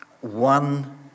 one